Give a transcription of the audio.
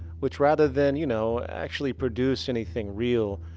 which rather than, you know, actually produce anything real,